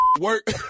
Work